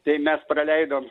tai mes praleidom